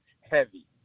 heavy